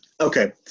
okay